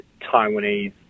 Taiwanese